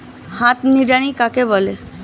হাত নিড়ানি কাকে বলে?